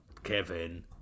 Kevin